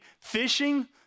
fishing